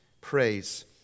Praise